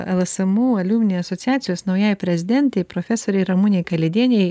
lsmu aliumni asociacijos naujajai prezidentei profesorei ramunei kalėdienei